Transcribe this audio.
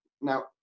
now